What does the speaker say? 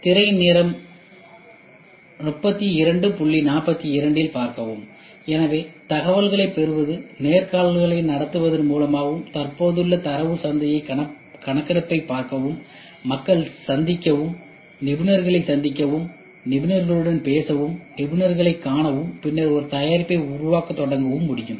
திரையின் நேரம் 3242 இல் பார்க்கவும் எனவே தகவல்களை நேர்காணல்களை நடத்துவதன் மூலமாகவும் தற்போதுள்ள தரவுச் சந்தை கணக்கெடுப்பைப் பார்க்கவும் மக்களைச் சந்திக்கவும் நிபுணர்களைச் சந்திக்கவும் நிபுணர்களுடன் பேசவும் நிபுணர்களைக் காணவும் ஆகியவற்றின் மூலம் பெற்று பின்னர் ஒரு தயாரிப்பை உருவாக்க முடியும்